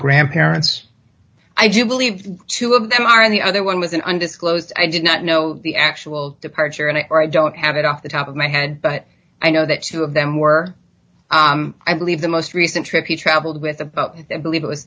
grandparents i do believe two of them are in the other one was an undisclosed i did not know the actual departure and i don't have it off the top of my head but i know that two of them were i believe the most recent trip he travelled with a boat and believe it was